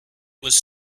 was